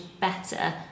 better